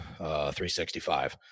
365